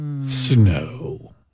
snow